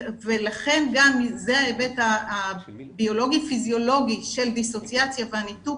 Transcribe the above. ולכן גם זה ההיבט הביולוגי פיזיולוגי של דיסוציאציה והניתוק